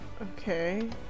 Okay